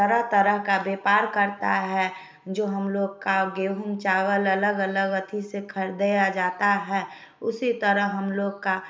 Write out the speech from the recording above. तरह तरह का व्यापार करता है जो हम लोग का गेंहूँ चावल अलग अलग अथी थी ख़रीदे आ जाता है उसी तरह हम लोग का